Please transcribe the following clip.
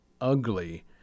ugly